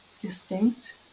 distinct